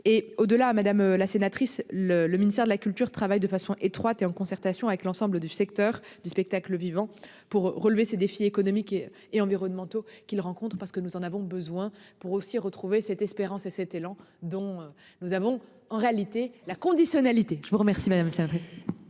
et au delà à madame la sénatrice le le ministère de la culture travaille de façon étroite et en concertation avec l'ensemble du secteur du spectacle vivant pour relever ces défis économiques et environnementaux qu'ils rencontrent parce que nous en avons besoin pour aussi retrouver cette espérance et cet élan dont nous avons en réalité la conditionnalité. Je vous remercie madame. C'est